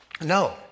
No